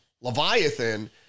Leviathan